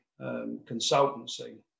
consultancy